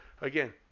Again